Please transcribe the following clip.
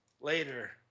later